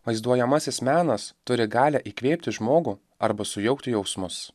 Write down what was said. vaizduojamasis menas turi galią įkvėpti žmogų arba sujaukti jausmus